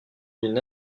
d’une